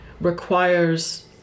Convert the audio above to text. requires